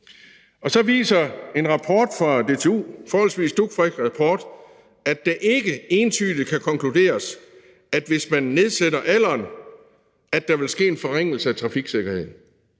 Så viser en forholdsvis dugfrisk rapport fra DTU, at det ikke entydigt kan konkluderes, at hvis man nedsætter alderen, vil der ske en forringelse af trafiksikkerheden.